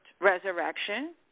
resurrection